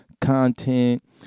content